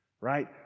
Right